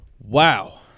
wow